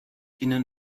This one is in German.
ihnen